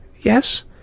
Yes